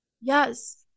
Yes